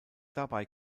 dabei